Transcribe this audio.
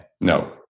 No